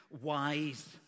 wise